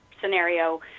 scenario